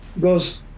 goes